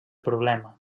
problema